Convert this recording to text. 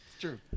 True